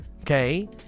okay